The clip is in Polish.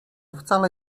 wcale